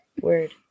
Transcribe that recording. Word